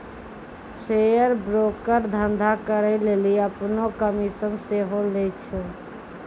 share broker धंधा करै लेली अपनो कमिशन सेहो लै छै